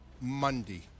Monday